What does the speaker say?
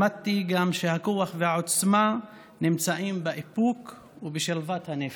למדתי גם שהכוח והעוצמה נמצאים באיפוק ובשלוות הנפש.